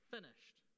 Finished